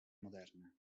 moderna